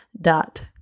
dot